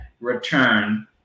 return